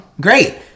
great